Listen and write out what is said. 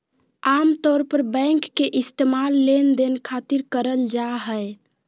आमतौर पर बैंक के इस्तेमाल लेनदेन खातिर करल जा हय